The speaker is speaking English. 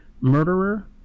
murderer